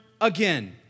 again